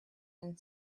and